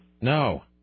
No